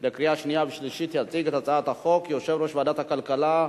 עברה בקריאה שלישית, ותיכנס לספר החוקים.